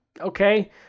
okay